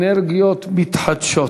אנרגיות מתחדשות.